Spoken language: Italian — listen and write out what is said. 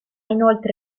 inoltre